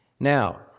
Now